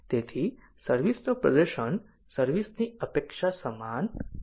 તેથી સર્વિસ નું પ્રદર્શન સર્વિસ ની અપેક્ષા સમાન છે